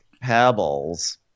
Pebbles